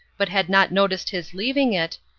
but had not noticed his leaving it,